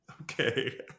Okay